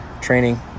training